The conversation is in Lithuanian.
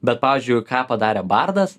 bet pavyzdžiui jau ką padarė bardas